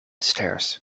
stairs